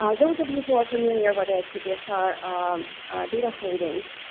um those of you who are familiar with icpsr data holdings,